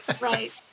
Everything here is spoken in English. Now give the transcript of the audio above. right